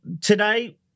Today